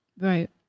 Right